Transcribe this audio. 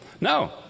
No